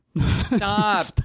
Stop